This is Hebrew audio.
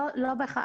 לא בהכרח,